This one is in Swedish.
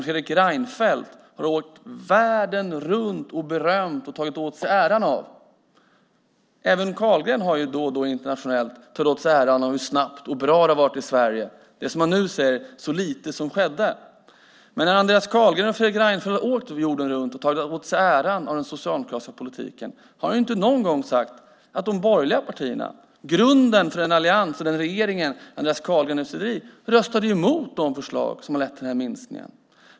Fredrik Reinfeldt har åkt världen runt och berömt den och tagit åt sig äran av den. Även Carlgren har då och då internationellt tagit åt sig äran av hur snabbt och bra det har gått i Sverige. Nu säger han att det var så lite som skedde. Men när Andreas Carlgren och Fredrik Reinfeldt har åkt jorden runt och tagit åt sig äran av den socialdemokratiska politiken har de inte någon gång sagt att de borgerliga partierna, grunden för alliansen och regeringen, röstade mot de förslag som har lett till denna minskning.